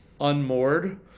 unmoored